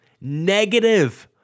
negative